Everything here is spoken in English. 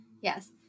Yes